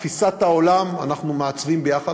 את תפיסת העולם אנחנו מעצבים ביחד,